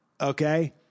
okay